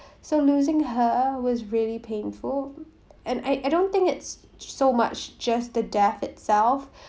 so losing her was really painful and I I don't think it's so much just the death itself